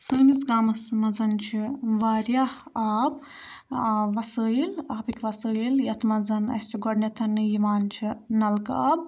سٲنِس گامَس منٛز چھِ واریاہ آب وَسٲیِل آبٕکۍ وَسٲیِل یَتھ منٛز اَسہِ گۄڈٕنٮ۪تھ یِوان چھِ نَلکہٕ آب